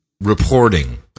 reporting